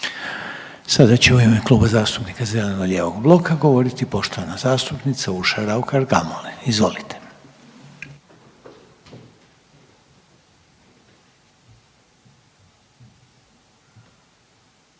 Sada će u ime Kluba zastupnika Zeleno-lijevog bloka govoriti poštovana zastupnica Urša Raukar-Gamulin. Izvolite.